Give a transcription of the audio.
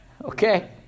okay